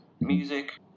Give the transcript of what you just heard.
music